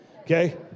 Okay